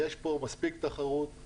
יש פה מספיק תחרות.